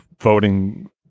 voting